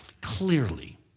clearly